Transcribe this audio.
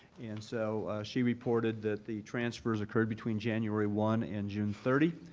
and so she reported that the transfers occurred between january one and june thirty.